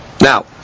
Now